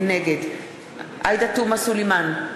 נגד עאידה תומא סלימאן,